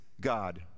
God